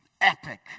epic